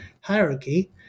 hierarchy